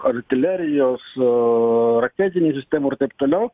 artilerijos raketinių sistemų ir taip toliau